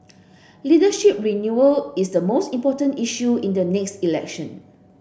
leadership renewal is the most important issue in the next election